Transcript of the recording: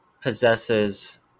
possesses